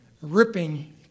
Ripping